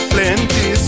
Plenty